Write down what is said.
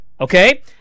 okay